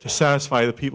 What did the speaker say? to satisfy the people